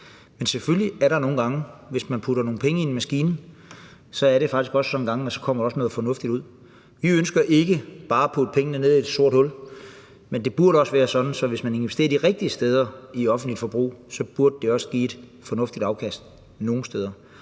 men selvfølgelig er det nogle gange sådan, at hvis man putter nogle penge i en maskine, så kommer der også noget fornuftigt ud. Vi ønsker ikke bare at putte pengene ned i et sort hul, men det burde også være sådan, at hvis man investerer de rigtige steder i det offentlige forbrug, vil det give et fornuftigt afkast nogle steder.